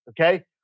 Okay